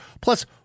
Plus